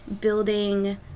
building